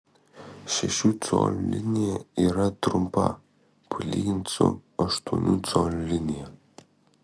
šešių colių linija yra trumpa palyginti su aštuonių colių linija